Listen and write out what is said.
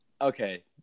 Okay